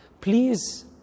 Please